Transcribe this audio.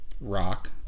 Rock